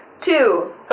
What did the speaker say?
Two